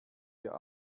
wir